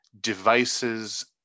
devices